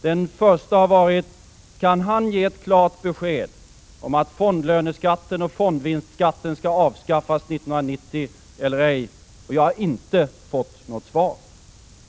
Den första har varit: Kan statsministern ge ett klart besked om att fondlöneskatten och fondvinstskatten skall avskaffas 1990 eller ej? Vi har inte fått något svar.